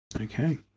Okay